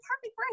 perfect